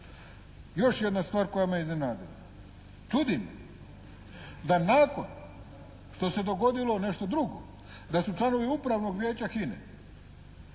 Još jedna stvar koja me iznenadila. Čudi me da nakon što se dogodilo nešto drugo, da su članovi upravnog vijeća HINA-e